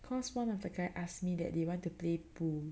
cause one of the guy ask me that they want to play pool